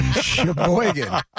Sheboygan